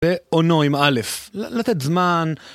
אונו, עם א', לתת זמן.